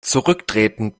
zurücktreten